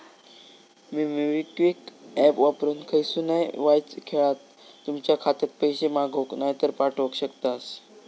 तुमी MobiKwik app वापरून खयसूनय वायच येळात तुमच्या खात्यात पैशे मागवक नायतर पाठवक शकतास